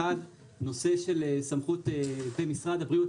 האחת, נושא של סמכות במשרד הבריאות.